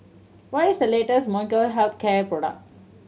what is the latest Molnylcke Health Care product